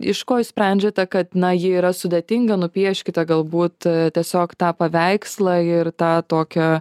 iš ko jūs sprendžiate kad na ji yra sudėtinga nupieškite galbūt tiesiog tą paveikslą ir tą tokio